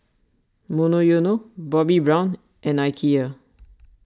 Monoyono Bobbi Brown and Ikea